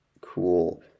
cool